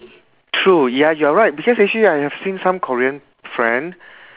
true ya you're right because actually I have seen some korean friend